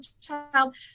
child